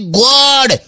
god